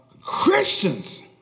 Christians